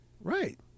Right